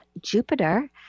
jupiter